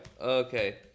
Okay